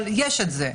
אבל זה קיים.